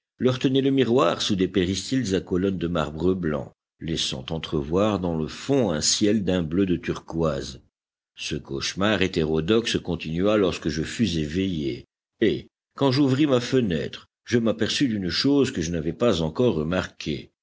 leur tenaient le miroir sous des péristyles à colonnes de marbre blanc laissant entrevoir dans le fond un ciel d'un bleu de turquoise ce cauchemar hétérodoxe continua lorsque je fus éveillé et quand j'ouvris ma fenêtre je m'aperçus d'une chose que je n'avais pas encore remarquée